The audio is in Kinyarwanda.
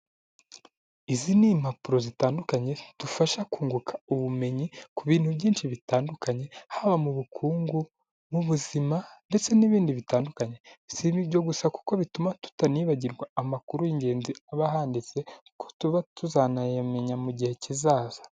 Izi ni impapuro zitandukanye, zidufasha kunguka ubumenyi ku bintu byinshi bitandukanye, haba mu bukungu, mu buzima, ndetse n'ibindi bitandukanye. Si ibyo gusa, kuko bituma tutanibagirwa amakuru y'ingenzi aba ahanditse, ko tuba tuzanayamenya mu gihe kizaza.